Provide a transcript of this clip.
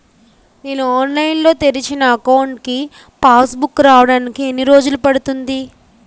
నేను ఆన్లైన్ లో తెరిచిన అకౌంట్ కి పాస్ బుక్ రావడానికి ఎన్ని రోజులు పడుతుంది?